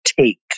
take